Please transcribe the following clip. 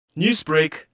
Newsbreak